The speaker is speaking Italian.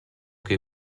che